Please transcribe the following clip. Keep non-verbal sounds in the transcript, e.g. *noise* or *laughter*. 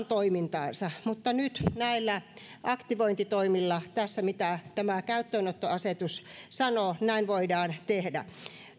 *unintelligible* toimintaansa mutta nyt näillä aktivointitoimilla tässä mitä tämä käyttöönottoasetus sanoo näin voidaan tehdä